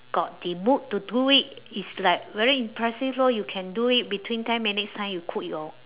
got the mood to do it it's like very impressive lor you can do it between ten minutes time you cook your